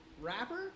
Rapper